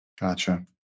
Gotcha